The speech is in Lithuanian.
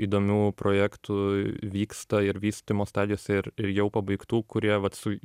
įdomių projektų vyksta ir vystymo stadijose ir ir jau pabaigtų kurie vat su